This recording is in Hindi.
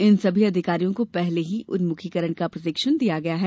इन सभी अधिकारियों को पहले ही उन्मुखीकरण प्रशिक्षण दिया गया है